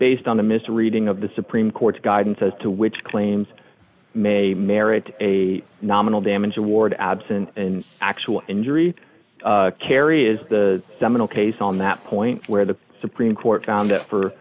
based on the misreading of the supreme court's guidance as to which claims may merit a nominal damage award absent an actual injury kerry is the seminal case on that point where the supreme court found that for